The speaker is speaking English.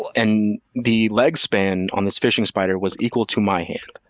and the leg span on this fishing spider was equal to my hand.